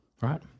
Right